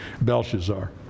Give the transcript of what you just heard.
Belshazzar